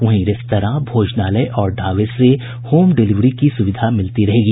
वहीं रेस्तरां भोजनालय और ढ़ाबे से होम डिलिवरी की सुविधा मिलती रहेगी